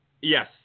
Yes